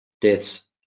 deaths